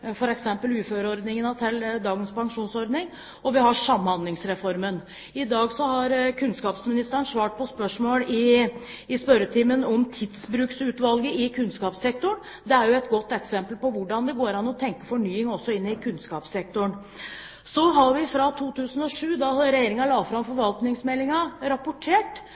uføreordningene til dagens pensjonsordning, og vi har Samhandlingsreformen. I dag har kunnskapsministeren svart på spørsmål i spørretimen om Tidsbrukutvalget i kunnskapssektoren. Det er et godt eksempel på hvordan det går an å tenke fornying også inn i kunnskapssektoren. Fra 2007, da Regjeringen la fram forvaltningsmeldingen, har vi rapportert,